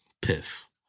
piff